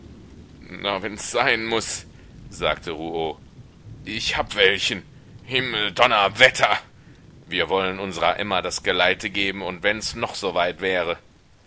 na wenns sein muß sagte rouault ich hab welchen himmeldonnerwetter wir wollen unsrer emma das geleite geben und wenns noch so weit wäre